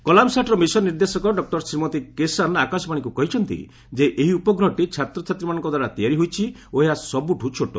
କଲାମ୍ ସାଟ୍ର ମିଶନ ନିର୍ଦ୍ଦେଶକ ଡକ୍କର ଶ୍ରୀମତୀ କେସାନ୍ ଆକାଶବାଣୀକୁ କହିଛନ୍ତି ଯେ ଏହି ଉପଗ୍ରହଟି ଛାତ୍ରଛାତ୍ରୀମାନଙ୍କ ଦ୍ୱାରା ତିଆରି ହୋଇଛି ଓ ଏହା ସବୁଠୁ ଛୋଟ